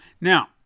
now